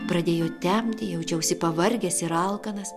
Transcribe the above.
pradėjo temti jaučiausi pavargęs ir alkanas